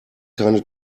keine